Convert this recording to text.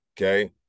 okay